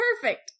perfect